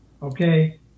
Okay